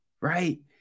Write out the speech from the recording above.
right